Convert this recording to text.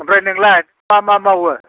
ओमफ्राय नोंलाय दा मा मा मावो